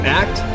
act